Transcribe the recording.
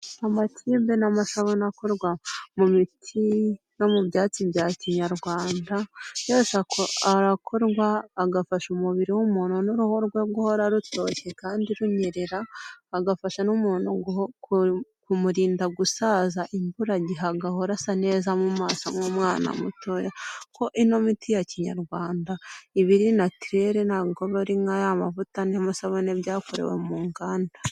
Amatibe n'amasabune akorwa mu miti no mu byatsi bya kinyarwanda yose, arakorwa agafasha umubiri w'umuntu n'uruhu rwe guhora rutoshye kandi runyerera, agafasha n'umuntu kumurinda gusaza imburagihe agahora asa neza mu maso nk’umwana muto, kuko ino miti ya kinyarwanda ibiri natural ntabw’ari nka ya mavuta n'amasabune byakorewe mu nganda.